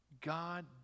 God